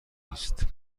است